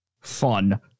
fun